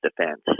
defense